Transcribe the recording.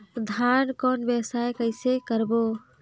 धान कौन व्यवसाय कइसे करबो?